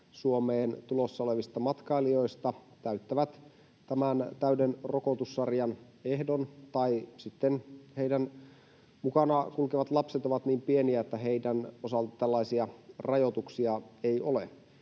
Suomeen tulossa olevista matkailijoista täyttää tämän täyden rokotussarjan ehdon tai sitten heidän mukanaan kulkevat lapset ovat niin pieniä, että heidän osaltaan tällaisia rajoituksia ei ole.